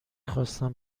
خواستم